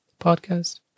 podcast